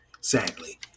Sadly